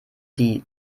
die